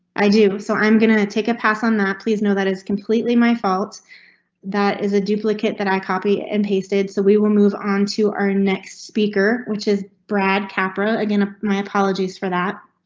i do so i'm going to take a pass on that please, no, that is completely my fault that is a duplicate that i copy and pasted so we will move on to our next speaker which is brad capra. again, ah my apologies for that.